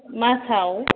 मासाव